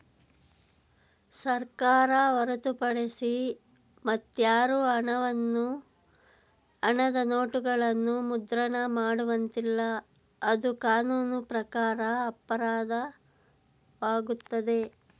ಸರ್ಕಾರ ಹೊರತುಪಡಿಸಿ ಮತ್ಯಾರು ಹಣವನ್ನು ಹಣದ ನೋಟುಗಳನ್ನು ಮುದ್ರಣ ಮಾಡುವಂತಿಲ್ಲ, ಅದು ಕಾನೂನು ಪ್ರಕಾರ ಅಪರಾಧವಾಗುತ್ತದೆ